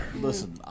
Listen